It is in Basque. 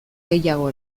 gehiago